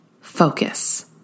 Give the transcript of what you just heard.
focus